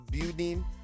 building